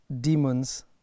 demons